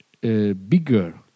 bigger